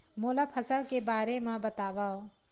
मोला फसल के बारे म बतावव?